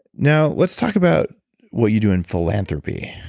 now, let's talk about what you do in philanthropy.